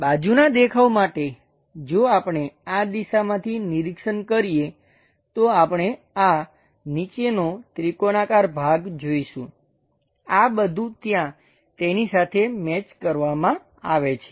બાજુના દેખાવ માટે જો આપણે આ દિશામાંથી નિરીક્ષણ કરીએ તો આપણે આ નીચેનો ત્રિકોણાકાર ભાગ જોઈશું આ બધું ત્યાં તેની સાથે મેચ કરવામાં આવે છે